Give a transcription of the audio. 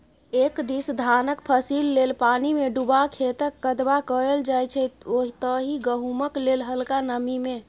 एक दिस धानक फसिल लेल पानिमे डुबा खेतक कदबा कएल जाइ छै ओतहि गहुँमक लेल हलका नमी मे